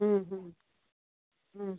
হুম হুম হুম